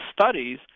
studies